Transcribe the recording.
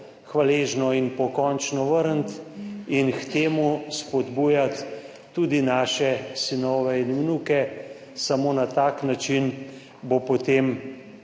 hvaležno in pokončno vrniti in k temu spodbujati tudi naše sinove in vnuke. Samo na tak način bo potem